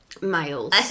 Males